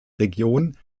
region